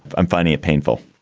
i'm finding it painful